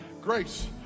Grace